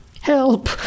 Help